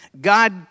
God